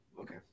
okay